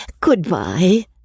Goodbye